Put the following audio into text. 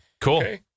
cool